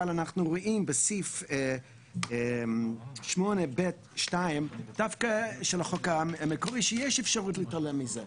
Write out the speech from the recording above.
אבל אנחנו רואים בסעיף 8(ב)(2) של החוק המקורי שיש אפשרות להתעלם מזה.